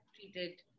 treated